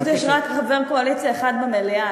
פשוט יש רק חבר קואליציה אחד במליאה,